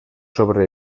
sobre